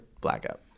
Blackout